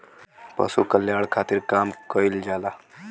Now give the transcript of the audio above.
पशु कल्याण खातिर काम कइल जाला